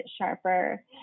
sharper